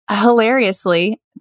Hilariously